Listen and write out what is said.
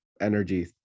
energy